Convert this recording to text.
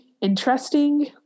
interesting